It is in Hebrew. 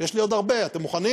יש לי עוד הרבה, אתם מוכנים?